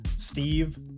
Steve